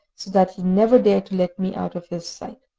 so that he never dared to let me out of his sight.